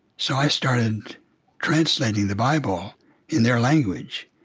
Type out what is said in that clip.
so i started translating the bible in their language,